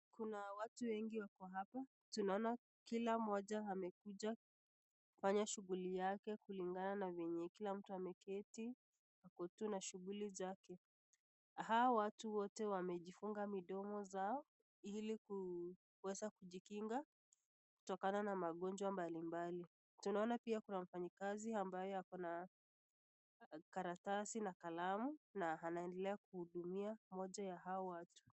Kuna watu wengi wako hapa tunaona kila mmoja amekuja kufanya shughuli yake kulingana na vyenye kila mtu ameketi ako tu na shughuli zake. Hawa watu wote wamejifunga midomo zao ili kuweza kujikinga kutokana na magonjwa mbali mbali. Tunaona pia kuna mfanyakazi ambaye ako na karatasi na kalamu na anaendelea kuhudumia mmoja ya hao watu.